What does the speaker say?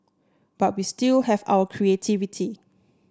but we still have our creativity